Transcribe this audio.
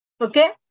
Okay